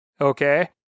okay